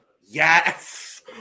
Yes